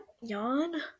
yawn